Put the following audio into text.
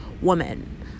woman